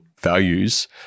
values